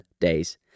days